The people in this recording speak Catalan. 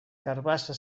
carabassa